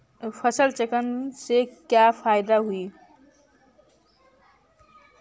फसल चक्रण से का फ़ायदा हई?